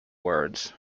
words